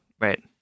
right